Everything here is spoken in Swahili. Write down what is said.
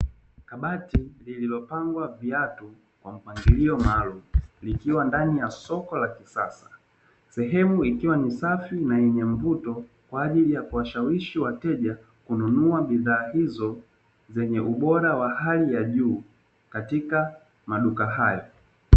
Kabati lililopangwa viatu kwa mpangilio maalum likiwa ndani ya soko la kisasa sehemu ikiwa ni safi na yenye mvuto kwa ajili ya kuwashawishi wateja kununua bidhaa hizo zenye ubora wa hali ya juu katika maduka hayo.